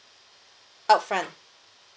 upfront